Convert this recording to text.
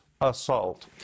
assault